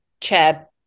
chair